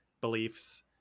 beliefs